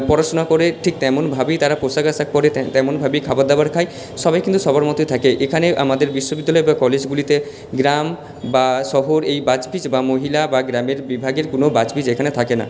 পড়াশুনা করে ঠিক তেমনভাবেই তারা পোশাক আশাক পরে তেমনভাবেই খাবার দাবার খায় সবাই কিন্তু সবার মতোই থাকে এখানে আমাদের বিশ্ববিদ্যালয় বা কলেজগুলিতে গ্রাম বা শহর এই বাছ পিছ বা মহিলা বা গ্রামের বিভাগের কোনো বাছ পিছ এখানে থাকে না